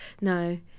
no